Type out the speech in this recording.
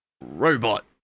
Robot